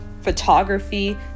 photography